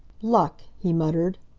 luck! he muttered,